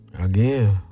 Again